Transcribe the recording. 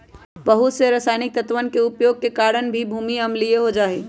बहुत से रसायनिक तत्वन के उपयोग के कारण भी भूमि अम्लीय हो जाहई